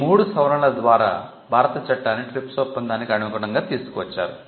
ఈ మూడు సవరణల ద్వారా భారత చట్టాన్ని TRIPS ఒప్పందానికి అనుగుణంగా తీసుకువచ్చారు